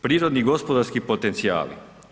Prirodni gospodarski potencijali.